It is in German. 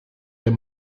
der